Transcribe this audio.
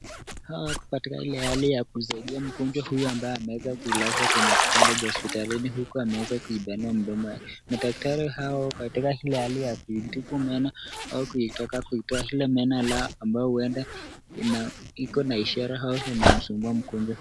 Hawa wako katika ile hali ya kusaidia mgonjwa huyu ambaye ameweza kulazwa kwenye kitanda cha hospitalini huku ameweza kuipanua mdomo yake. Madktari hawa wako katika ile hali ya kuitibu meno au kuitaka kuitoa ile meno ambayo iko na ishara au inamsumbua mgonjwa huyu.